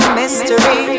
mystery